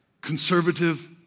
conservative